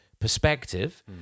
perspective